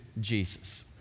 Jesus